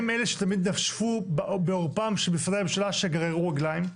הם אלה שתמיד נשפו בעורפם של משרדי הממשלה שגררו רגליים.